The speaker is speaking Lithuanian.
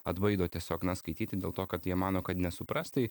atbaido tiesiog na skaityti dėl to kad jie mano kad nesupras tai